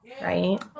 right